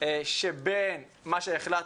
של מה שהחלטנו,